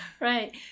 Right